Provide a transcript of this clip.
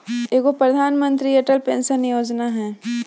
एगो प्रधानमंत्री अटल पेंसन योजना है?